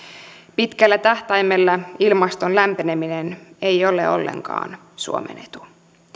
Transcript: pitkällä tähtäimellä ilmaston lämpeneminen ei ole ollenkaan suomen etu